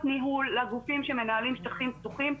ניהול לגופים שהם מנהלים שטחים פתוחים,